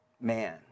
man